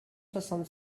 soixante